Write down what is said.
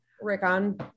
Rickon